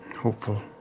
hopeful.